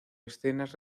escenas